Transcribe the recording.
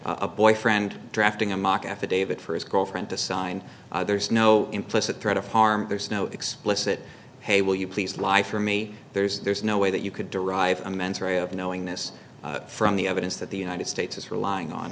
a boyfriend drafting a mock affidavit for his girlfriend to sign there's no implicit threat of harm there's no explicit hey will you please lie for me there's there's no way that you could derive a mens rea of knowingness from the evidence that the united states is relying on